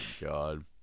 God